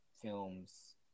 films